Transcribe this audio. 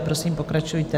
Prosím, pokračujte.